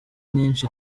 nyinshi